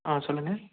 ஆ சொல்லுங்கள்